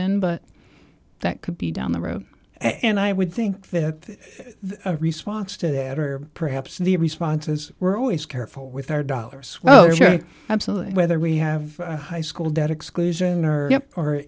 in but that could be down the road and i would think that the response to that or perhaps the responses were always careful with our dollars well absolutely whether we have a high school debt exclusion or or